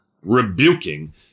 rebuking